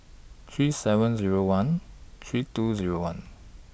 three seven Zero one three two Zero one